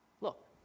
Look